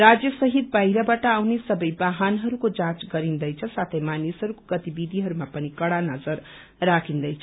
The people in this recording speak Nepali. राजय सहित बाहिरबाट आउने सबै वाहनहरूको जाँच गरिन्दैछ साथै मानिसहरूको गतिविधिहरूमा पनि कड़ा नजर रााखिन्दैछ